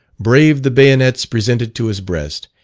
braved the bayonets presented to his breast,